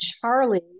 charlie